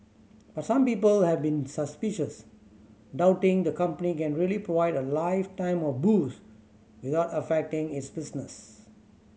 but some people have been suspicious doubting the company can really provide a lifetime of booze without affecting its business